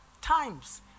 times